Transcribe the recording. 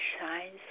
shines